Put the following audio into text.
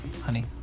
honey